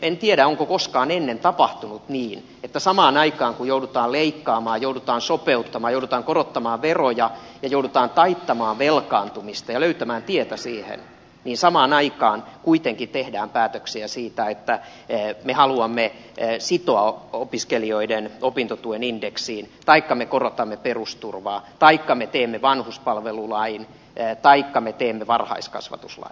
en tiedä onko koskaan ennen tapahtunut niin että samaan aikaan kun joudutaan leikkaamaan joudutaan sopeuttamaan joudutaan korottamaan veroja ja joudutaan taittamaan velkaantumista ja löytämään tietä siihen kuitenkin tehdään päätöksiä siitä että me haluamme sitoa opiskelijoiden opintotuen indeksiin taikka me korotamme perusturvaa taikka me teemme vanhuspalvelulain taikka me teemme varhaiskasvatuslain